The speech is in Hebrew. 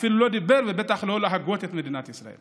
אפילו לא דיבר ובטח לא יכול היה להגות את מדינת ישראל.